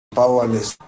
powerless